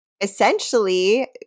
essentially